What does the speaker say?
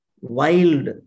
wild